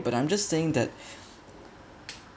but I'm just saying that